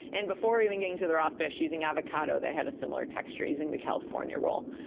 and before even getting to the raw fish, using avocado, that had a similar texture, using the california roll.